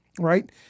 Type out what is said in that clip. right